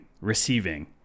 receiving